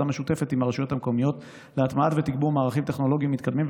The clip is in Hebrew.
משותפת עם הרשויות המקומיות להטמעת ותגבור מערכים טכנולוגיים מתקדמים,